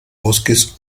bosques